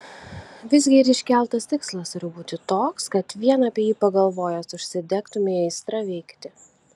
visgi ir išsikeltas tikslas turi būti toks kad vien apie jį pagalvojęs užsidegtumei aistra veikti